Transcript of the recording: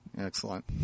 Excellent